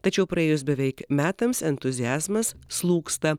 tačiau praėjus beveik metams entuziazmas slūgsta